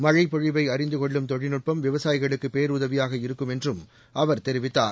மழை பொழிவை அறிந்து கொள்ளும் தொழில்நுட்பம் விவசாயிகளுக்கு பேருதவியாக இருக்கும் என்றும் அவர் தெரிவித்தார்